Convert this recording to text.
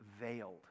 veiled